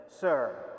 sir